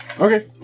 Okay